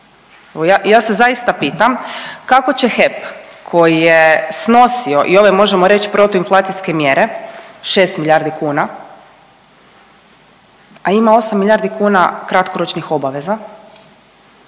ja se zaista pitam kako će HEP koji je snosio i ove možemo reć protuinflacijske mjere 6 milijardi kuna, a ima 8 milijardi kuna kratkoročnih obaveza,